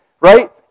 Right